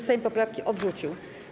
Sejm poprawki odrzucił.